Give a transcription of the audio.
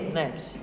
next